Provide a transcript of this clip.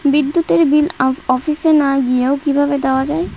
বিদ্যুতের বিল অফিসে না গিয়েও কিভাবে দেওয়া য়ায়?